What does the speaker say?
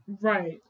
Right